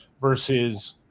versus